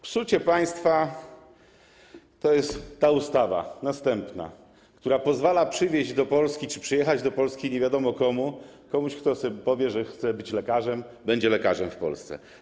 Psucie państwa to jest ta ustawa, następna, która pozwala przywieźć do Polski czy przyjechać do Polski nie wiadomo komu, komuś, kto powie, że chce być lekarzem, będzie lekarzem w Polsce.